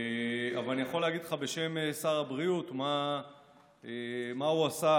אבל אני יכול להגיד לך בשם שר הבריאות מה הוא עשה,